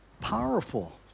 Powerful